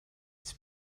its